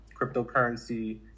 cryptocurrency